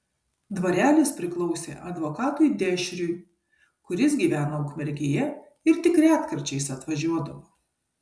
dvarelis priklausė advokatui dešriui kuris gyveno ukmergėje ir tik retkarčiais atvažiuodavo